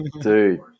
dude